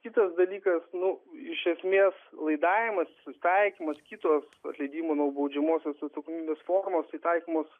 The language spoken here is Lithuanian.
kitas dalykas nu iš esmės laidavimas susitaikymas kitos atleidimo nuo baudžiamosios atsakomybės formos įtaikomos